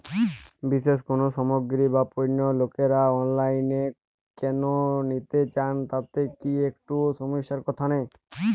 বিশেষ কোনো সামগ্রী বা পণ্য লোকেরা অনলাইনে কেন নিতে চান তাতে কি একটুও সমস্যার কথা নেই?